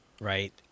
Right